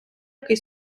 який